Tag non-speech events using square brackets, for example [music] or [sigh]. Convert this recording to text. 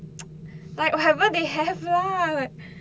[noise] like whatever they have lah